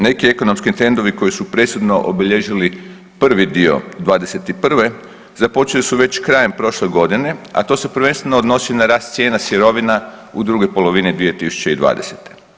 Neki ekonomski trendovi koji su presudno obilježili prvi dio '21. započeli su već krajem prošle godine, a to se prvenstveno odnosi na rast cijena sirovina u drugoj polovini 2020.